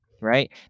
right